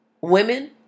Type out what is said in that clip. women